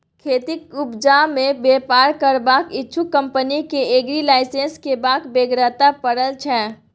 खेतीक उपजा मे बेपार करबाक इच्छुक कंपनी केँ एग्री लाइसेंस लेबाक बेगरता परय छै